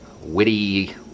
witty